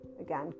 again